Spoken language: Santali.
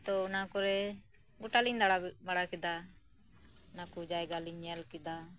ᱛᱚ ᱚᱱᱟ ᱠᱚᱨᱮ ᱜᱚᱴᱟ ᱞᱤᱝ ᱫᱟᱬᱟ ᱵᱟᱲᱟ ᱠᱮᱫᱟ ᱚᱱᱟ ᱠᱚ ᱡᱟᱭᱜᱟ ᱞᱤᱝ ᱧᱮᱞ ᱠᱮᱫᱟ